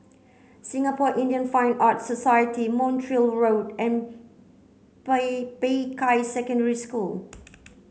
Singapore Indian Fine Arts Society Montreal Road and Peicai Secondary School